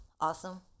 Awesome